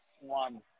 one